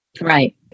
Right